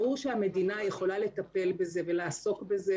הראו שהמדינה יכולה לטפל בזה ולעסוק בזה